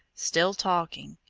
still talking.